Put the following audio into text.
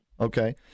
Okay